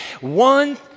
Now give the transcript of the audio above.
one